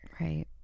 Right